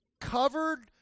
covered